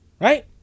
right